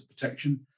protection